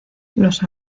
los